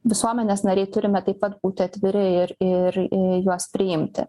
visuomenės nariai turime taip pat būti atviri ir ir i juos priimti